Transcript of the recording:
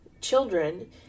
children